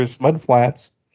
mudflats